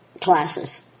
classes